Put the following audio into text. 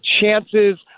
chances